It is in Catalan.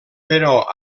però